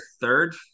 third